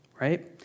right